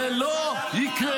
זה לא יקרה.